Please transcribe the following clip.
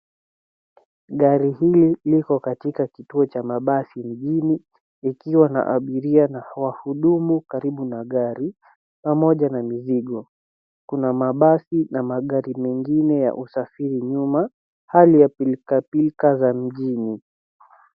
Gari hili liko katika kituo cha mabasi mjini likiwa na abiria na wahudumu karibu na gari, pamoja na mizigo. Kuna mabasi na magari mengine ya usafiri nyuma. Hali ya pilka pilka za mjini.